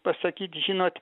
pasakyt žinot